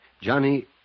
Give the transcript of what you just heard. Johnny